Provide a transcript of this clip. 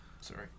Sorry